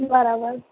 બરાબર